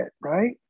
right